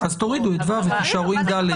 תיקון --- תורידו את (ו) ותישארו עם (ד).